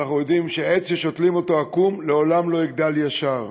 ואנחנו יודעים שעץ ששותלים אותו עקום לעולם לא יגדל ישר.